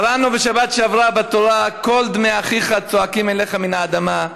קראנו בשבת שעברה בתורה: "קול דמי אחיך צעקים אלי מן האדמה".